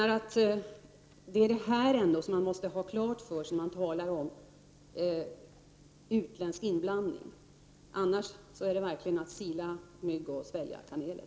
Detta måste man ha klart för sig när man talar om utländsk inblandning — annars silar man mygg och sväljer kameler.